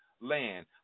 land